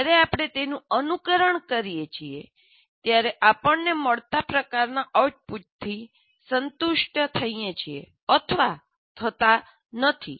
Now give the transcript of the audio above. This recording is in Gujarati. જ્યારે આપણે તેનું અનુકરણ કરીએ છીએત્યારે આપણને મળતા પ્રકારનાં આઉટપુટથી સંતુષ્ટ થઈએ છીએ અથવા થતાં નથી